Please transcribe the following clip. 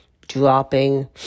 dropping